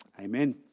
Amen